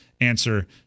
answer